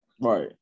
Right